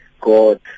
God